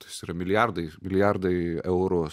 tas yra milijardai milijardai eurų